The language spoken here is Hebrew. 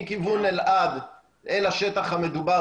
מכיוון אלעד אל השטח המדובר.